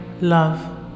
love